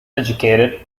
educated